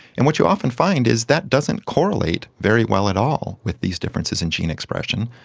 and what you often find is that doesn't correlate very well at all with these differences in gene expression,